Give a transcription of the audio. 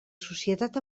societat